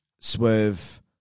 Swerve